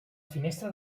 finestra